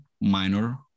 minor